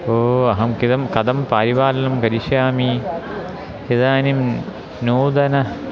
भो अहं कथं कथं पारिपालनं करिष्यामि इदानीं नूतन